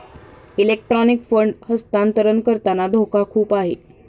electronic fund हस्तांतरण करताना धोका खूप आहे